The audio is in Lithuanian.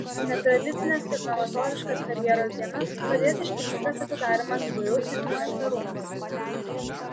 netradicines ir novatoriškas karjeros dienas pradės iškilmingas atidarymas vu centriniuose rūmuose